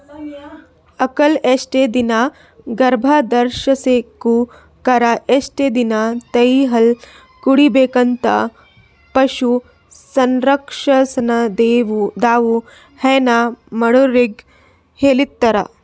ಆಕಳ್ ಎಷ್ಟ್ ದಿನಾ ಗರ್ಭಧರ್ಸ್ಬೇಕು ಕರಾ ಎಷ್ಟ್ ದಿನಾ ತಾಯಿಹಾಲ್ ಕುಡಿಬೆಕಂತ್ ಪಶು ಸಂರಕ್ಷಣೆದವ್ರು ಹೈನಾ ಮಾಡೊರಿಗ್ ಹೇಳಿರ್ತಾರ್